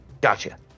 Gotcha